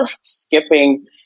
skipping